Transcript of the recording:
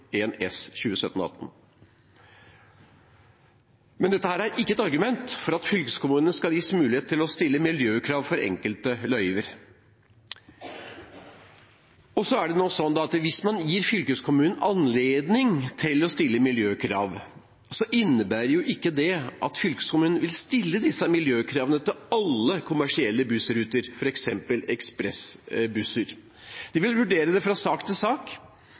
en krevende markedssituasjon. Det er vi fullstendig klar over. Det kan løses ved f.eks. å åpne for sosiale rabatter, som medlemmene fra SV fremmet forslag om i forbindelse med behandlingen av Prop. 1 S for 2017–2018. Men dette er ikke et argument mot at fylkeskommunene skal gis mulighet til å stille miljøkrav for enkelte løyver. Hvis man gir fylkeskommunen anledning til å stille miljøkrav, innebærer jo ikke det at fylkeskommunen vil stille disse miljøkravene til alle